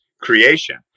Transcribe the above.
creation